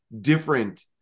different